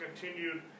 continued